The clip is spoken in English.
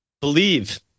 believe